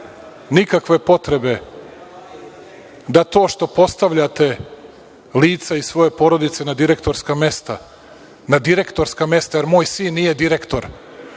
nikakve potrebe da to što postavljate lica iz svoje porodice na direktorska mesta, jer moj sin nije direktor